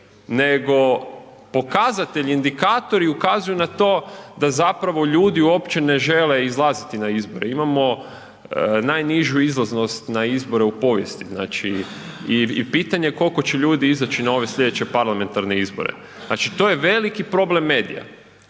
nego pokazatelji, indikatori ukazuju na to da zapravo ljudi uopće žele izlaziti na izbore. Imamo najnižu izlaznost na izbore u povijesti znači i pitanje koliko će ljudi izaći na ove sljedeće parlamentarne izbore, znači to je veliki problem medija,